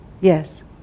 Yes